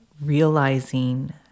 realizing